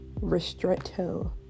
ristretto